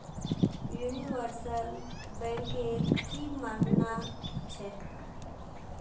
universal banker की मानना छ